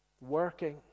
working